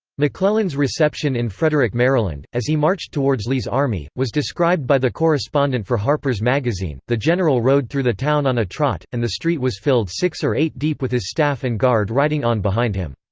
mcclellan's reception in frederick, maryland, as he marched towards lee's army, was described by the correspondent for harper's magazine the general rode through the town on a trot, and the street was filled six or eight deep with his staff and guard riding on behind him.